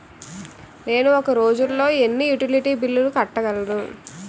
నేను ఒక రోజుల్లో ఎన్ని యుటిలిటీ బిల్లు కట్టగలను?